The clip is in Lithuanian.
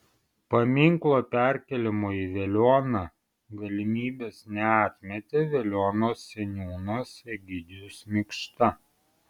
paminklo perkėlimo į veliuoną galimybės neatmetė veliuonos seniūnas egidijus mikšta